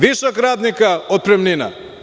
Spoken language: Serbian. Višak radnika – otpremnina.